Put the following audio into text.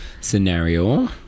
scenario